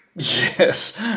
Yes